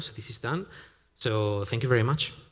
so this is done. so thank you very much.